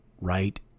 right